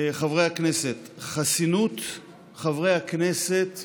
חברי הכנסת, חסינות חברי הכנסת